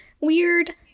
weird